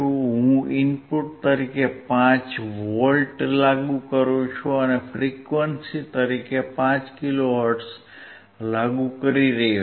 હું ઇનપુટ તરીકે 5V લાગુ કરું છું અને ફ્રીક્વંસી તરીકે 5 કિલો હર્ટ્ઝ લાગુ કરું છું